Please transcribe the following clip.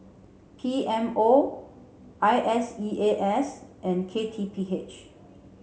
P M O I S E A S and K T P H